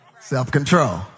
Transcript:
self-control